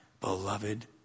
beloved